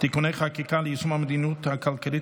(תיקוני חקיקה ליישום המדיניות הכלכלית